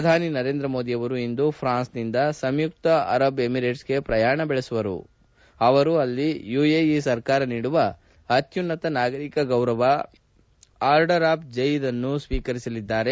ಪ್ರಧಾನಿ ನರೇಂದ್ರ ಮೋದಿ ಅವರು ಇಂದು ಫ್ರಾನ್ಸ್ನಿಂದ ಸಂಯುಕ್ತ ಅರಬ್ ಎಮಿರೇಟ್ಸ್ಗೆ ಪ್ರಯಾಣ ಬೆಳೆಸುವರು ಅವರು ಅಲ್ಲಿ ಯುಎಇ ಸರ್ಕಾರ ನೀಡುವ ಅತ್ಯುನ್ನತ ನಾಗರಿಕ ಗೌರವ ಆರ್ಡರ್ ಆಫ್ ಜೈದ್ ಅನ್ನು ಸ್ವೀಕರಿಸಲಿದ್ದಾರೆ